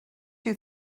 you